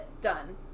done